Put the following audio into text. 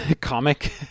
comic